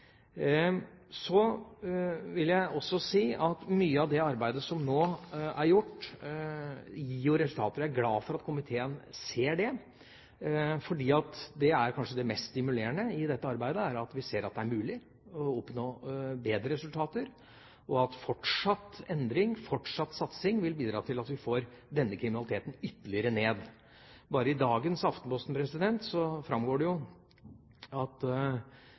Så vil jeg også si at mye av det arbeidet som nå er gjort, gir jo resultater. Jeg er glad for at komiteen ser det, for kanskje det mest stimulerende i dette arbeidet er at vi ser at det er mulig å oppnå bedre resultater, og at fortsatt endring, fortsatt satsing vil bidra til at vi får denne kriminaliteten ytterligere ned. Bare i dagens Aftenposten framgår det jo at